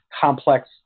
complex